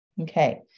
Okay